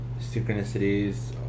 synchronicities